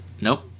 Nope